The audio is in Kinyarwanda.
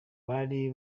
bari